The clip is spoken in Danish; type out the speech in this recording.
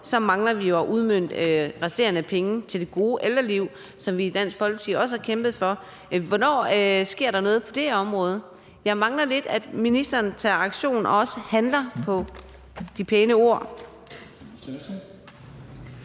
mangler vi jo at få udmøntet de resterende penge til det gode ældreliv, som vi i Dansk Folkeparti også har kæmpet for. Hvornår sker der noget på det område? Jeg mangler lidt, at ministeren tager aktion og også handler på de pæne ord.